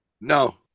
No